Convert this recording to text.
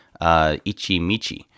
Ichimichi